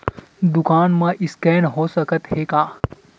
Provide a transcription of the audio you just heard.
दुकान मा स्कैन हो सकत हे का?